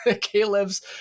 Caleb's